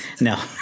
No